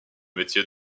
métier